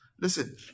listen